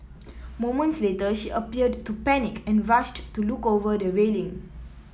moments later she appeared to panic and rushed to look over the railing